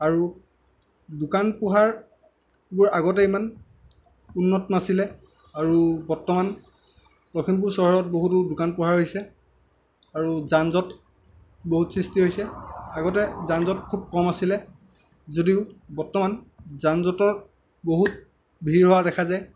আৰু দোকান পোহাৰবোৰ আগতে ইমান উন্নত নাছিলে আৰু বৰ্তমান লখিমপুৰ চহৰত বহুতো দোকান পোহাৰ হৈছে আৰু যান যঁট বহুত সৃষ্টি হৈছে আগতে যান যঁট বহুত কম আছিলে যদিও বৰ্তমান যান যঁটৰ বহুত ভিৰ হোৱা দেখা যায়